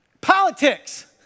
Politics